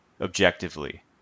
objectively